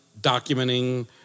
documenting